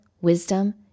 wisdom